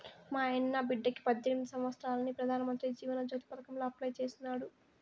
మాయన్న బిడ్డకి పద్దెనిమిది సంవత్సారాలని పెదానమంత్రి జీవన జ్యోతి పదకాంల అప్లై చేసినాడు